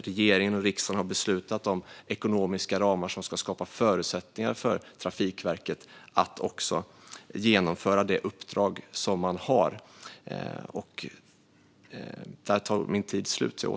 Regering och riksdag har beslutat om de ekonomiska ramar som ska skapa förutsättningar för Trafikverket att också genomföra det uppdrag man har. Här är min talartid slut. Jag återkommer i nästa inlägg.